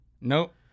Nope